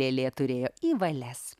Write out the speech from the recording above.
lėlė turėjo į valias